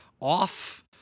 off